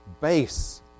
base